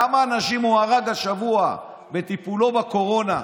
כמה אנשים הוא הרג השבוע בטיפולו בקורונה.